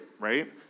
right